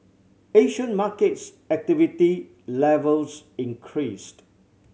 Asian markets activity levels increased